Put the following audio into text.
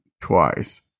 twice